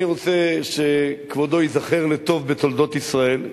אני רוצה שכבודו ייזכר לטוב בתולדות ישראל.